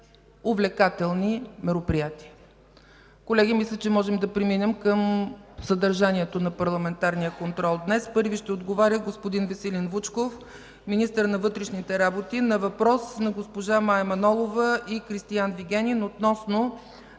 увлекателни мероприятия. Колеги, мисля, че можем да преминем към съдържанието на парламентарния контрол днес. Първи ще отговаря господин Веселин Вучков – министър на вътрешните работи, на въпрос на госпожа Мая Манолова и Кристиан Вигенин относно